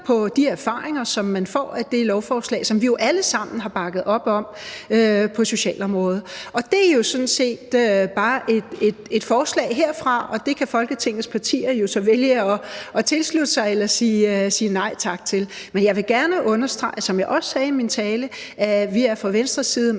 på de erfaringer, som man får af det lovforslag, som vi jo alle sammen har bakket op om, på socialområdet. Og det er sådan set bare et forslag herfra, og det kan Folketingets partier jo så vælge at tilslutte sig eller sige nej tak til. Men jeg vil gerne understrege, som jeg også sagde i min tale, at vi fra Venstres side